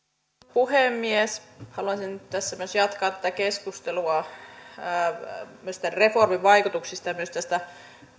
puhemies haluaisin nyt tässä myös jatkaa tätä keskustelua myös tämän reformin vaikutuksista ja myös tästä